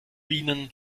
ihnen